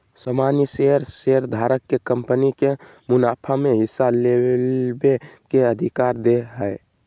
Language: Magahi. सामान्य शेयर शेयरधारक के कंपनी के मुनाफा में हिस्सा लेबे के अधिकार दे हय